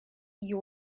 you